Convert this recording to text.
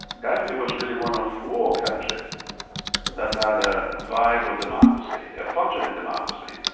gambia was really one of four countries that had a viable democracy, a functioning democracy.